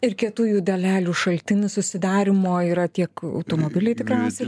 ir kietųjų dalelių šaltinis susidarymo yra tiek automobiliai tikriausiai